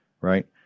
right